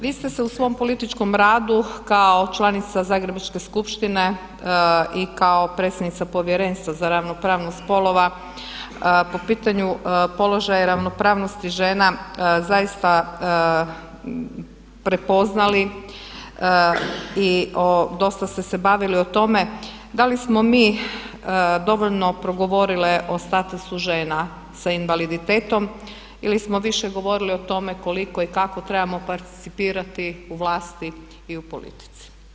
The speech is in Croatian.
Vi ste se u svom političkom radu kao članica Zagrebačke skupštine i kao predsjednica Povjerenstva za ravnopravnost spolova po pitanju položaja i ravnopravnosti žena zaista prepoznali i dosta ste se bavili o tome da li smo mi dovoljno progovorile o statusu žena sa invaliditetom ili smo više govorili o tome koliko i kako trebamo percipirati u vlasti i u politici.